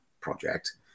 project